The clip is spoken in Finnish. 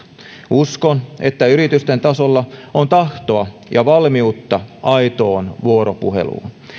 uskon että yritysten tasolla on tahtoa ja valmiutta aitoon vuoropuheluun